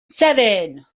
seven